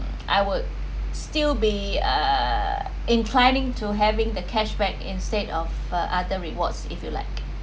I would still be uh inclining to having the cashback instead of other rewards if you like